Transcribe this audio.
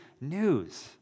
news